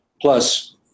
Plus